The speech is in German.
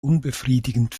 unbefriedigend